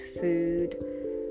food